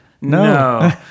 no